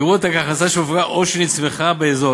יראו אותה כהכנסה שהופקה או שנצמחה בישראל.